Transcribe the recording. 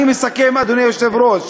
אני מסכם, אדוני היושב-ראש.